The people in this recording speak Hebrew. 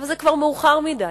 אבל זה כבר מאוחר מדי.